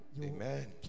Amen